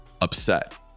upset